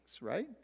right